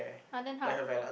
!huh! then how